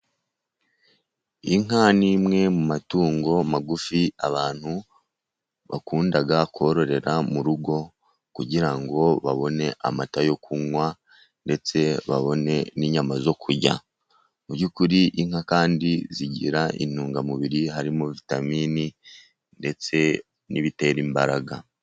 Inka ni imwe mu matungo magufi abantu bakunda kororera mu rugo, kugira ngo babone amata yo kunywa ndetse babone n'inyama zo kujya mu by'ukuri inka kandi zigira intungamubiri harimo vitamini ndetse n'ibitera imbaraga.